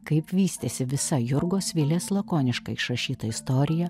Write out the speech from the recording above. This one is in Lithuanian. kaip vystėsi visa jurgos vilės lakoniškai išrašyta istorija